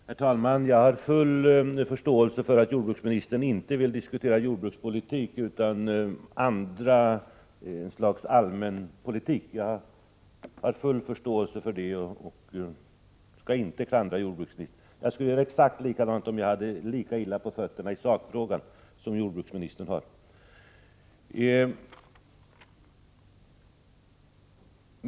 Herr talman! Jag har full förståelse för att jordbruksministern inte vill diskutera jordbrukspolitik utan i stället vill diskutera allmänpolitik. Jag har full förståelse för det, och jag skall inte klandra honom för det. Jag skulle ha gjort exakt likadant, om jag hade haft lika dåligt på fötterna i sakfrågan som jordbruksministern.